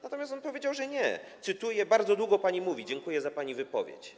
Natomiast on powiedział, że nie, cytuję: bardzo długo pani mówi, dziękuję za pani wypowiedź.